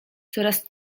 coraz